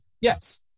yes